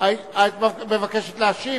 האם את מבקשת להשיב?